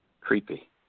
creepy